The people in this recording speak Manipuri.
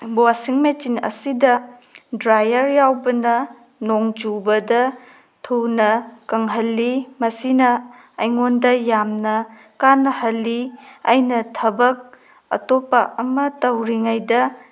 ꯋꯥꯁꯤꯡ ꯃꯦꯆꯤꯟ ꯑꯁꯤꯗ ꯗ꯭ꯔꯥꯏꯌꯔ ꯌꯥꯎꯕꯅ ꯅꯣꯡ ꯆꯨꯕꯗ ꯊꯨꯅ ꯀꯪꯍꯜꯂꯤ ꯃꯁꯤꯅ ꯑꯩꯉꯣꯟꯗ ꯌꯥꯝꯅ ꯀꯥꯟꯅꯍꯜꯂꯤ ꯑꯩꯅ ꯊꯕꯛ ꯑꯇꯣꯞꯄ ꯑꯃ ꯇꯧꯔꯤꯉꯩꯗ